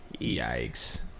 Yikes